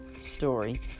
story